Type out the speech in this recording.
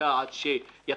לאוכלוסייה עד שתתחיל